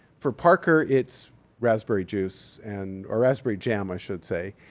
for parker, it's raspberry juice, and or raspberry jam, i should say,